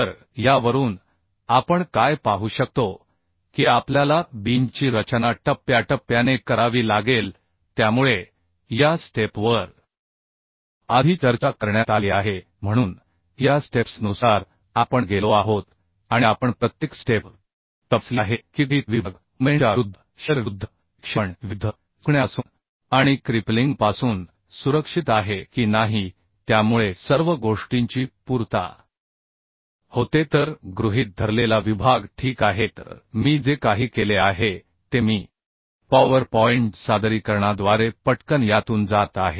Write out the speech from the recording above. तर यावरून आपण काय पाहू शकतो की आपल्याला बीमची रचना टप्प्याटप्प्याने करावी लागेल त्यामुळे या स्टेप वर आधी चर्चा करण्यात आली आहे म्हणून या स्टेप्स नुसार आपण गेलो आहोत आणि आपण प्रत्येक स्टेप तपासली आहे की गृहीत विभाग मोमेंट च्या विरुद्ध शिअर विरुद्ध विक्षेपण विरुद्ध झुकण्यापासून आणि क्रिपलिंग पासून सुरक्षित आहे की नाही त्यामुळे सर्व गोष्टींची पूर्तता होते तर गृहीत धरलेला विभाग ठीक आहे तर मी जे काही केले आहे ते मी पॉवर पॉईंट सादरीकरणाद्वारे पटकन यातून जात आहे